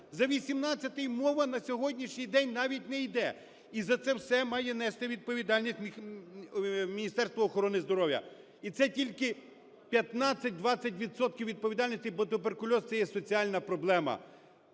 За 18-й мова на сьогоднішній день навіть не йде. І за це все має нести відповідальність Міністерство охорони здоров'я. І це тільки 15-20 відсотків відповідальності, бо туберкульоз – це є соціальна проблема.